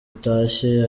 utashye